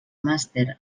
màster